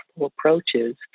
approaches